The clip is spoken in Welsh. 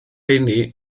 rheiny